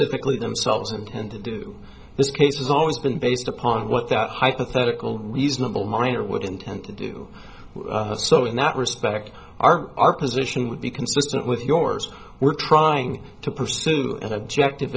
specifically themselves intend to do this case has always been based upon what that hypothetical reasonable miner would intend to do so in that respect our our position would be consistent with yours we're trying to pursue an objective